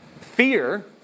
fear